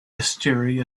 estuary